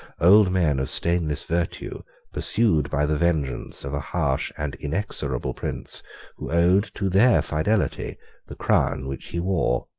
old men of stainless virtue pursued by the vengeance of a harsh and inexorable prince who owed to their fidelity the crown which he wore.